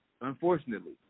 unfortunately